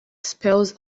spells